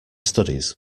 studies